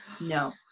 No